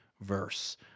verse